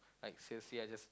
like seriously I just